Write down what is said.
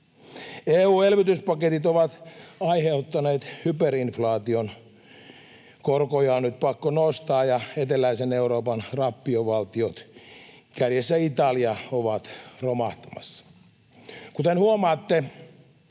EU-elvytyspaketit ovat aiheuttaneet hyperinflaation. Korkoja on nyt pakko nostaa ja eteläisen Euroopan rappiovaltiot, kärjessä Italia, ovat romahtamassa. Kuten huomaatte,